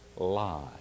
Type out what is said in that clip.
lie